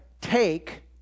take